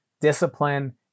discipline